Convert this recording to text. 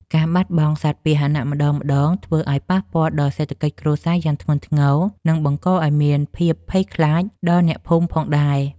ការបាត់បង់សត្វពាហនៈម្តងៗធ្វើឱ្យប៉ះពាល់ដល់សេដ្ឋកិច្ចគ្រួសារយ៉ាងធ្ងន់ធ្ងរ និងបង្កឱ្យមានភាពភ័យខ្លាចដល់អ្នកភូមិផងដែរ។